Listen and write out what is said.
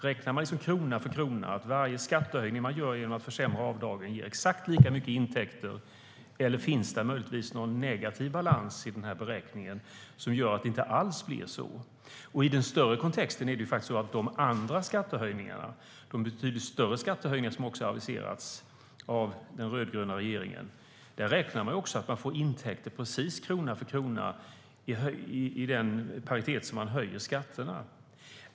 Räknar man krona för krona med att varje skattehöjning man gör genom att försämra avdragen ger exakt lika mycket intäkter, eller finns det möjligtvis någon negativ balans i beräkningen som gör att det inte alls blir så?I den större kontexten är det ju faktiskt så att på de andra skattehöjningarna, de betydligt större skattehöjningar som också aviserats av den rödgröna regeringen, räknar man med att få intäkter precis krona för krona i paritet med de höjda skatterna.